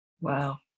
Wow